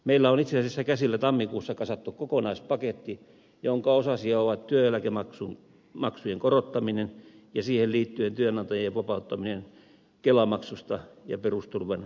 meillä on itse asiassa käsillä tammikuussa kasattu kokonaispaketti jonka osasia ovat työeläkemaksujen korottaminen ja siihen liittyen työnantajien vapauttaminen kelamaksusta ja perusturvan rahoittamisesta